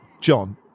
John